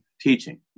teaching